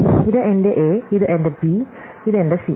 ഇത് എന്റെ എ ഇത് എന്റെ ബി ഇത് എന്റെ സി